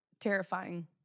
Terrifying